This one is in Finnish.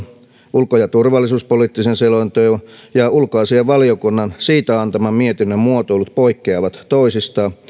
ulko ja turvallisuuspoliittisen selonteon ja ulkoasiainvaliokunnan siitä antaman mietinnön muotoilut poikkeavat toisistaan